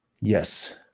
Yes